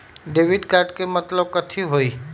Debit card के मतलब कथी होई?